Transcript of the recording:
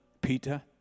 Peter